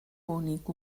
únic